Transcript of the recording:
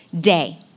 day